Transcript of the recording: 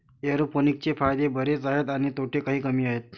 एरोपोनिक्सचे फायदे बरेच आहेत आणि तोटे काही कमी आहेत